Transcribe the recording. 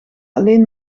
alleen